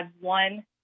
one